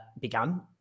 began